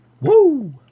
Woo